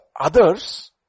others